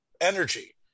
energy